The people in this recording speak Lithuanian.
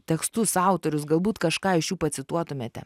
tekstus autorius galbūt kažką iš jų pacituotumėte